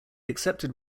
accepted